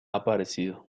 aparecido